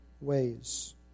ways